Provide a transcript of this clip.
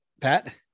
Pat